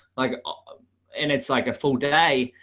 like ah and it's like a full day.